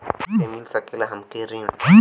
कइसे मिल सकेला हमके ऋण?